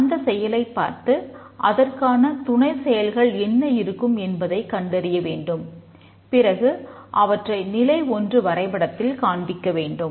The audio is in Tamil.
அந்த செயலைப் பார்த்து அதற்கான துணை செயல்கள் என்ன இருக்கும் என்பதைக் கண்டறிய வேண்டும் பிறகு அவற்றை நிலை 1 வரைபடத்தில் காண்பிக்க வேண்டும்